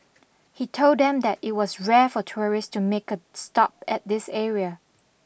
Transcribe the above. he told them that it was rare for tourists to make a stop at this area